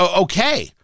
Okay